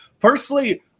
Personally